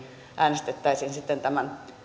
äänestettäisiin tämän